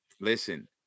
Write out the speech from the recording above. listen